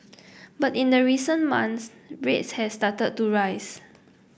but in the recent months rates has started to rise